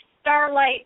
Starlight